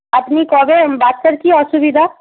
আপনি কবে বাচ্চার কী অসুবিধা